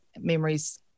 memories